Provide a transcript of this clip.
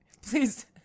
Please